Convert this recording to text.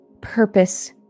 purpose